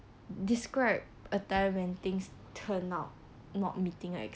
describe a time when things turned out not meeting